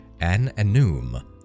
An-Anum